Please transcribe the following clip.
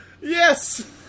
yes